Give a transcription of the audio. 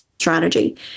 strategy